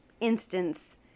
instance